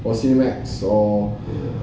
or cinemax or